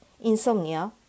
insomnia